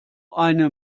eine